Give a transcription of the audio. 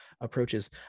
approaches